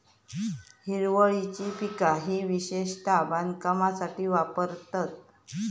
हिरवळीची पिका ही विशेषता बांधकामासाठी वापरतत